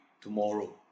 tomorrow